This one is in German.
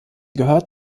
gehört